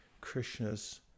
Krishna's